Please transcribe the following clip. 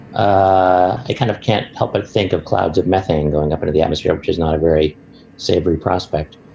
i kind of can't help but think of clouds of methane going up into the atmosphere, which is not a very savory prospect.